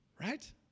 Right